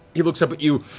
he looks up at you,